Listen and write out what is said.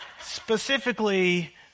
specifically